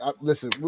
Listen